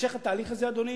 להמשך התהליך הזה, אדוני,